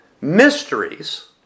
mysteries